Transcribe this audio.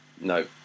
no